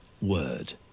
word